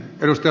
kyllä